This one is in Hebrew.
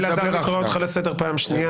אלעזר, אני קורא אותך לסדר פעם שנייה.